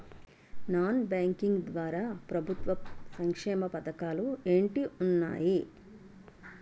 Non banking ద్వారా ప్రభుత్వ సంక్షేమ పథకాలు ఏంటి ఉన్నాయి?